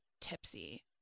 tipsy